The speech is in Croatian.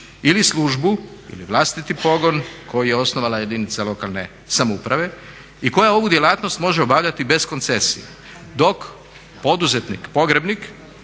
ili službu ili vlastiti pogon koji je osnovala jedinica lokalne samouprave i koja ovu djelatnost može obavljati bez koncesije. Dok poduzetnik pogrebnik